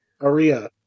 Aria